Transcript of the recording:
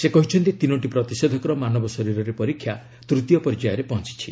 ସେ କହିଛନ୍ତି ତିନୋଟି ପ୍ରତିଷେଧକର ମାନବ ଶରୀରରେ ପରୀକ୍ଷା ତୂତୀୟ ପର୍ଯ୍ୟାୟରେ ପହଞିଛି